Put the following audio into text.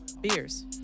beers